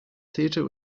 theatre